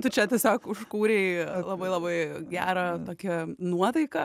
tu čia tiesiog užkūrei labai labai gerą tokią nuotaiką